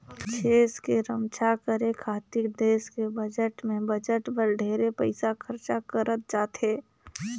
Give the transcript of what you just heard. छेस के रम्छा करे खातिर देस के बजट में बजट बर ढेरे पइसा खरचा करत जाथे